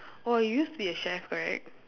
oh you used to be a chef right